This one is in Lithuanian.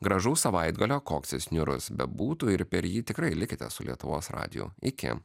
gražaus savaitgalio koks jis niūrus bebūtų ir per jį tikrai likite su lietuvos radiju iki